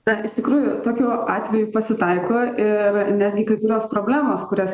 bet iš tikrųjų tokių atvejų pasitaiko ir netgi kai kurios problemos kurias